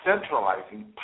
Centralizing